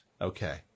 Okay